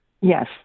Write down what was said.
Yes